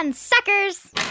suckers